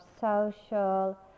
social